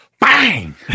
Bang